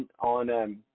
on